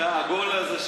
זה העגול הזה,